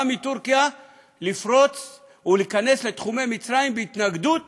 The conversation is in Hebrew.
באה מטורקיה לפרוץ ולהיכנס לתחומי מצרים בהתנגדות